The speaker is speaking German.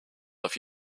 auf